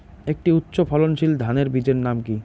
একটি উচ্চ ফলনশীল ধানের বীজের নাম কী?